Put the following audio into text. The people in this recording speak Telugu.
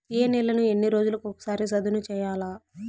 ఏ నేలను ఎన్ని రోజులకొక సారి సదును చేయల్ల?